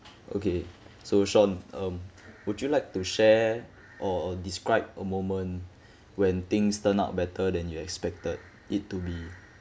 okay so sean um would you like to share or describe a moment when things turn out better than you expected it to be